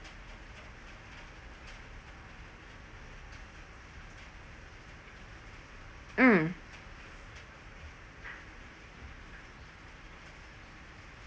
mm